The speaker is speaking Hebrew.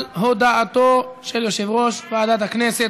על הודעתו של יושב-ראש ועדת הכנסת.